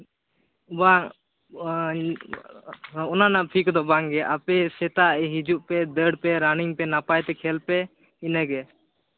ᱵᱟᱝ ᱚᱱᱟ ᱨᱮᱱᱟᱜ ᱯᱷᱤ ᱠᱚᱫᱚ ᱵᱟᱝᱜᱮ ᱟᱯᱮ ᱥᱮᱛᱟᱜ ᱦᱤᱡᱩᱜ ᱯᱮ ᱫᱟᱹᱲ ᱯᱮ ᱨᱟᱱᱤᱝ ᱯᱮ ᱱᱟᱯᱟᱭ ᱛᱮ ᱠᱷᱮᱞ ᱯᱮ ᱤᱱᱟᱹᱜᱮ